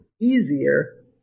easier